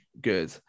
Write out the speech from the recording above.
good